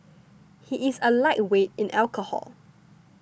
he is a lightweight in alcohol